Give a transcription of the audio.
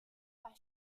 par